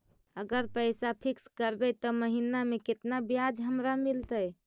अगर पैसा फिक्स करबै त महिना मे केतना ब्याज हमरा मिलतै?